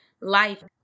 life